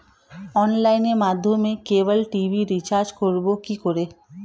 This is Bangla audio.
অনলাইনের মাধ্যমে ক্যাবল টি.ভি রিচার্জ করব কি করে?